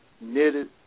knitted